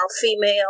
female